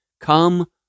Come